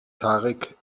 tarek